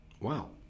Wow